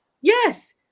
yes